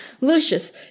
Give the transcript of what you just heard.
Lucius